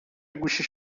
گوشیش